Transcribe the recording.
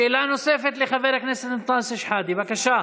שאלה נוספת לחבר הכנסת אנטאנס שחאדה, בבקשה.